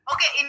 Okay